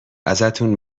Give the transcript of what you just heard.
ازتون